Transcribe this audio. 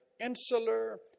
insular